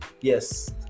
Yes